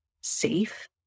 safe